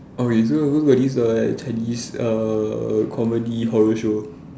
okay so I got this like Chinese uh comedy horror show